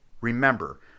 Remember